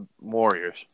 Warriors